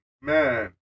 man